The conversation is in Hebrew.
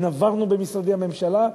נברנו במשרדי הממשלה,